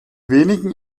wenigen